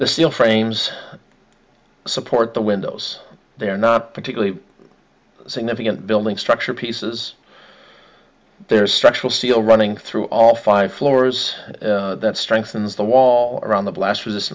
the steel frames support the windows they're not particularly significant building structure pieces there's structural steel running through all five floors that strengthens the wall around the blast